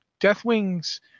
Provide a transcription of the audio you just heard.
Deathwing's